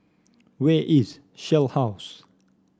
where is Shell House